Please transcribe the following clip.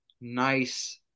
nice